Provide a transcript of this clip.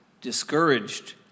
discouraged